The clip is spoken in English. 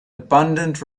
abundant